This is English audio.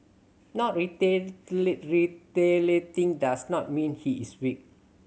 not retaliating does not mean he is weak